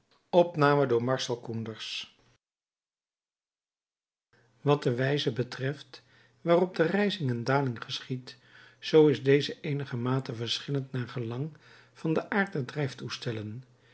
wat de wijze betreft waarop de rijzing en daling geschiedt zoo is deze eenigermate verschillend naar gelang van den aard der drijftoestellen